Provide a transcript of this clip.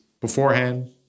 beforehand